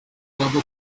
magambo